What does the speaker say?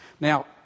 Now